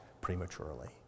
prematurely